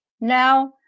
now